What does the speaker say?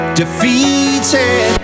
defeated